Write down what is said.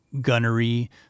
gunnery